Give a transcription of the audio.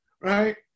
right